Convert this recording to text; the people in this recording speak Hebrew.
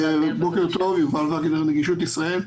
אני מנגישות ישראל.